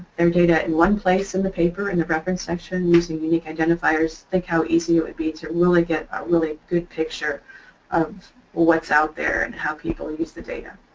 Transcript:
their data in one place in the paper, in the reference section, using unique identifiers think how easy it would be to really get a really good picture of what's out there and how people use the data.